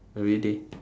everyday